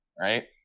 right